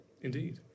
Indeed